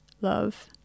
love